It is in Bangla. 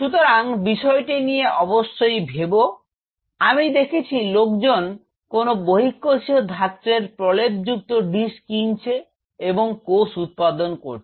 তো বিষয়টি নিয়ে অবশ্যই ভেব আমি দেখেছি লোকজন কোনও বহিঃকোষীয় ধাত্রের প্রলেপযুক্ত ডিশ কিনছে এবং কোষ উৎপাদন করছে